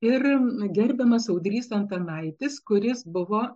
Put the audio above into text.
ir gerbiamas audrys antanaitis kuris buvo